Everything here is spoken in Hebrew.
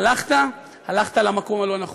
הלכת, הלכת למקום הלא-נכון.